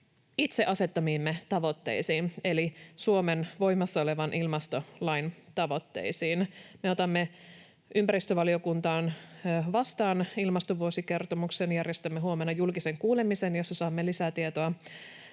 itse asettamiimme tavoitteisiin, eli Suomen voimassa olevan ilmastolain tavoitteisiin. Me otamme ympäristövaliokunnassa vastaan ilmastovuosikertomuksen ja järjestämme huomenna julkisen kuulemisen, jossa saamme lisää tietoa